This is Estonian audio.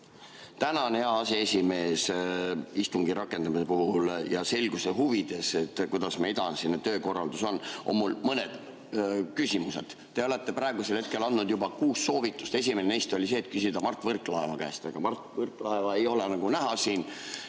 Tänan, hea aseesimees! Istungi rakendamise puhul ja selguse huvides, et kuidas meie edasine töökorraldus on, on mul mõned küsimused. Te olete praegusel hetkel andnud juba kuus soovitust. Esimene neist oli see, et küsida Mart Võrklaeva käest, aga Mart Võrklaeva ei ole nagu näha siin.